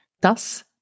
Das